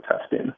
testing